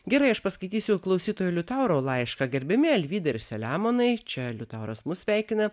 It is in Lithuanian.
gerai aš paskaitysiu klausytojo liutauro laišką gerbiami alvyda ir selemonai čia liutauras mus sveikina